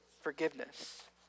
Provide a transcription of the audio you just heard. forgiveness